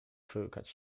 przełykać